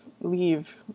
leave